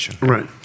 Right